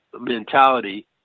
mentality